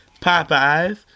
Popeyes